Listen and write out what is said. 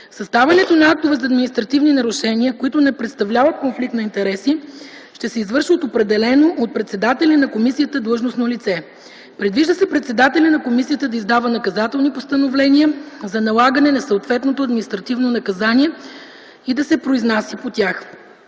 Съставянето на актовете за административни нарушения, които не представляват конфликт на интереси, ще се извършва от определено от председателя на комисията длъжностно лице. Предвижда се председателят на комисията да издава наказателните постановления за налагане на съответното административно наказание и да се произнася по тях.